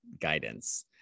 guidance